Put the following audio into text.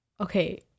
okay